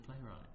playwright